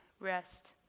rest